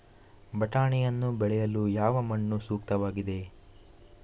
ಬಟಾಣಿಯನ್ನು ಬೆಳೆಯಲು ಯಾವ ಮಣ್ಣು ಸೂಕ್ತವಾಗಿದೆ?